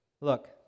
Look